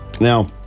Now